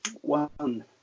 One